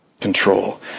control